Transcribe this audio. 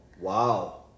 Wow